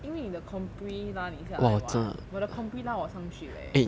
因为你的 compre 拉你下来 what 我的 compre 拉我上去 leh